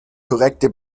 korrekte